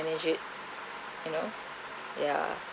manage it you know ya